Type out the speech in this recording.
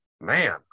Man